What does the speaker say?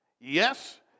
yes